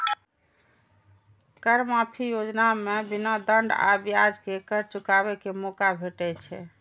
कर माफी योजना मे बिना दंड आ ब्याज के कर चुकाबै के मौका भेटै छै